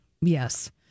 Yes